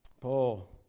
Paul